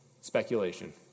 Speculation